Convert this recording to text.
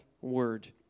word